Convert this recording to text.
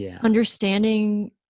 understanding